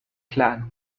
clan